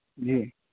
جی